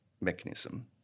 mechanism